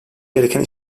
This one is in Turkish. gereken